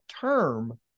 term